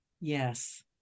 Yes